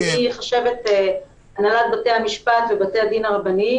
יושבת איתי חשבת הנהלת בתי-המשפט ובתי הדין הרבניים.